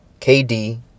KD